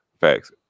facts